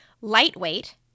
lightweight